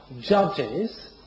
judges